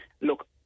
Look